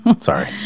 Sorry